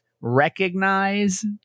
recognize